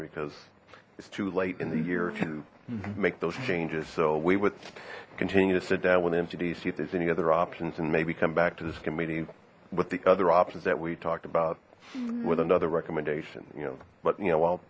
because it's too late in the year to make those changes so we would continue to sit down with mtd see if there's any other options and maybe come back to this committee with the other options that we talked about with another recommendation you know but you know well